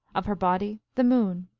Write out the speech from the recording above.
of her body the moon.